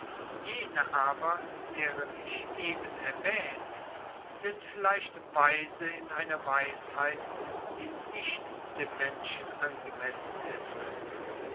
jene aber deren ich eben erwähnt sind vielleicht weise in einer weisheit die nicht dem menschen angemessen ist